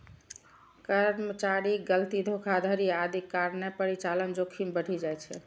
कर्मचारीक गलती, धोखाधड़ी आदिक कारणें परिचालन जोखिम बढ़ि जाइ छै